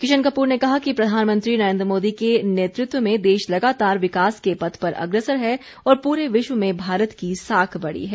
किशन कपूर ने कहा कि प्रधानमंत्री नरेन्द्र मोदी के नेतृत्व में देश लगातार विकास के पथ पर अग्रसर है और पूरे विश्व में भारत की साख बढ़ी है